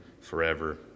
forever